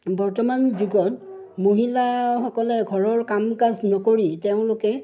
বৰ্তমান যুগত মহিলাসকলে ঘৰৰ কাম কাজ নকৰি তেওঁলোকে